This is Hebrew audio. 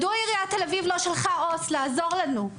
מדוע עיריית תל אביב לא שלחה עו"ס לעזור לנו?